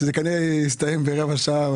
וזה כנראה יסתיים ברבע שעה.